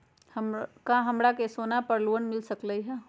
का हमरा के सोना पर लोन मिल सकलई ह?